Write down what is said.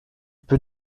peut